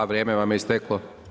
Vrijeme vam je isteklo.